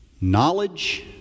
Knowledge